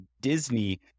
Disney